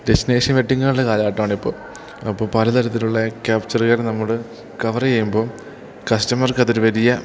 destination വെഡ്ഡിങ്ങുള്ള കാലഘട്ടമാണിപ്പോൾ അപ്പോൾ പലതരത്തിലുള്ള ക്യാപ്ച്ചറുകൾ നമ്മൾ കവർ ചെയ്യുമ്പോൾ കസ്റ്റമർക്കതൊരു വലിയ